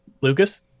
Lucas